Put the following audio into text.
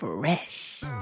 Fresh